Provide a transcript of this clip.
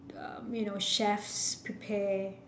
uh you know chefs prepare